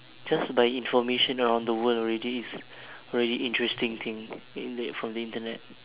just by information around the world already is very interesting thing isn't it from the internet